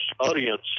audience